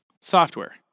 Software